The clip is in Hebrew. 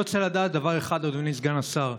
אני רוצה לדעת דבר אחד, אדוני סגן השר: